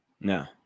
No